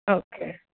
okay